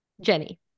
Jenny